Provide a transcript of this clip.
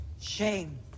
Shame